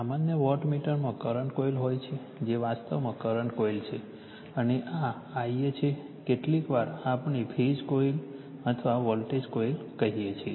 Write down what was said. સામાન્ય વોટમીટરમાં current coil હોય છે જે વાસ્તવમાં કરંટ કોઇલ છે અને આ Ia છે કેટલીકવાર આપણે ફેઝર કોઇલ અથવા વોલ્ટેજ કોઇલ કહીએ છીએ